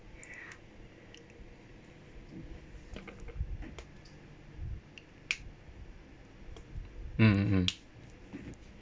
mm mm mm